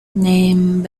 name